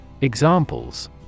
Examples